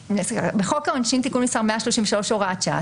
בחוק העונשין (תיקון מס' 133 הוראת שעה),